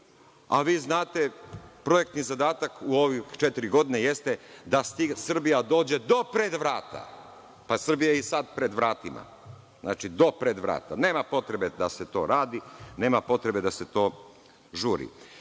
a vi znate da je projektni zadatak u ove četiri godine da Srbija dođe do pred vrata. Pa, Srbija je i sada pred vratima. Znači, do pred vrata. Nema potrebe da se to radi, nema potrebe da se